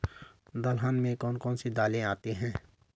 दलहन में कौन कौन सी दालें आती हैं?